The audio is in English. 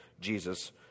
Jesus